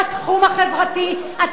כן.